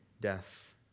death